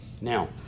Now